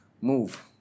move